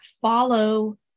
follow